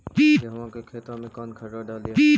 गेहुआ के खेतवा में कौन खदबा डालिए?